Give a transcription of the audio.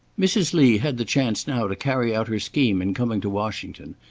mrs. lee had the chance now to carry out her scheme in coming to washington,